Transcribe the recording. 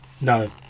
No